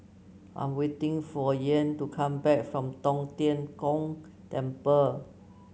I'm waiting for Kyan to come back from Tong Tien Kung Temple